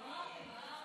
(אומרת בערבית: